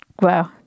wow